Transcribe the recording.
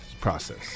process